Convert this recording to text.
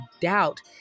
doubt